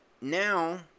now